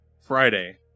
Friday